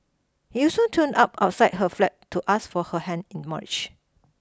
he also turned up outside her flat to ask for her hand in march